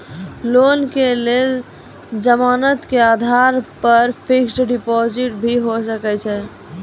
Loan के लेल जमानत के आधार पर फिक्स्ड डिपोजिट भी होय सके छै?